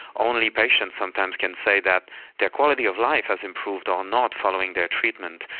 only patients sometimes can say that their quality of life has improved or not following their treatment.